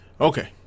Okay